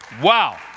Wow